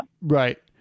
right